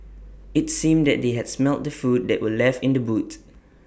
IT seemed that they had smelt the food that were left in the boot